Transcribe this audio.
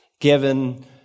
given